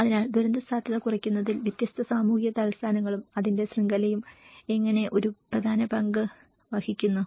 അതിനാൽ ദുരന്തസാധ്യത കുറയ്ക്കുന്നതിൽ വ്യത്യസ്ത സാമൂഹിക തലസ്ഥാനങ്ങളും അതിന്റെ ശൃംഖലയും എങ്ങനെ ഒരു പ്രധാന പങ്ക് വഹിക്കുന്നു